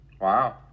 Wow